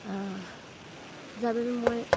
যাৰবাবে মই